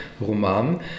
roman